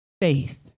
faith